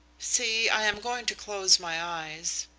see, i am going to close my eyes.